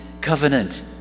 covenant